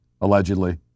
allegedly